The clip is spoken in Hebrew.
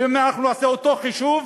ואם אנחנו נעשה אותו חישוב,